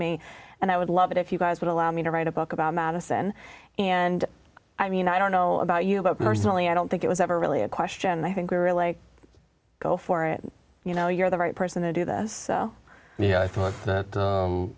me and i would love it if you guys would allow me to write a book about madison and i mean i don't know about you but personally i don't think it was ever really a question i think we really go for it you know you're the right person to do this you know i